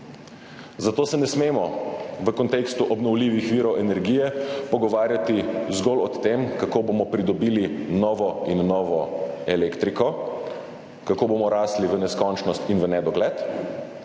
Zato se ne smemo v kontekstu obnovljivih virov energije pogovarjati zgolj o tem, kako bomo pridobili novo in novo elektriko, kako bomo rasli v neskončnost in v nedogled,